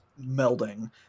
melding